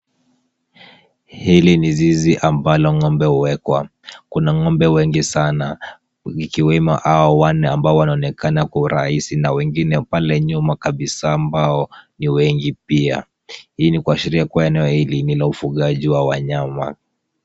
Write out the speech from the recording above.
Hili ni zizi ambalo ng'ombe huwekwa. Kuna ng'ombe wengi sana ikiwemo hao wanne ambao wanaonekana kwa urahisi na wengine pale nyuma kabisa ambao ni wengi pia. Hii ni kuashiria kuwa eneo hili ni la ufugaji wa wanyama.